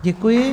Děkuji.